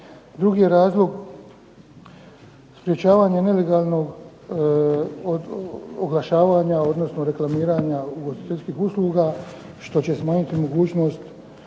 Drugi je razlog sprečavanje nelegalnog oglašavanja, odnosno reklamiranja ugostiteljskih usluga što će smanjiti mogućnost